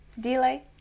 delay